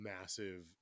massive